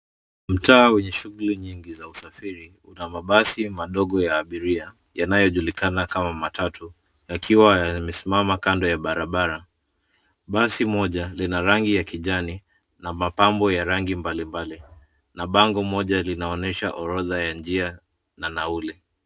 Mtaa wenye shughuli nyingi za usafiri una mabasi madogo ya abiria yanayo julikana kama matatu, yakiwa yamesimama kando ya barabara. Basi moja lina rangi ya kijani na mapambo ya rangi mbali mbali na bango moja linaonyesha orodha ya njia na nauli.